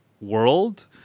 world